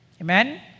Amen